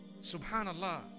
subhanallah